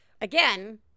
Again